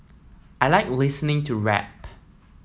I like listening to rap